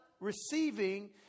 receiving